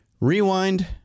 rewind